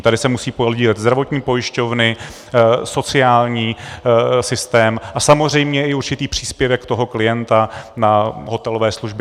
Tady se musí podílet zdravotní pojišťovny, sociální systém a samozřejmě i určitý příspěvek toho klienta na hotelové služby atd.